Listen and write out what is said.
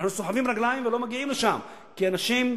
ואנחנו סוחבים רגליים ולא מגיעים לשם כי אנשים,